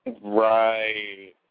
Right